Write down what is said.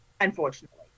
Unfortunately